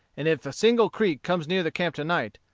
and if a single creek comes near the camp to-night,